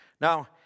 Now